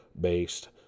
based